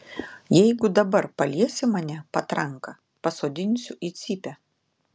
jeigu dabar paliesi mane patranka pasodinsiu į cypę